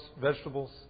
vegetables